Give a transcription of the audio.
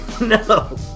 No